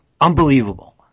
unbelievable